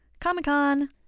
Comic-Con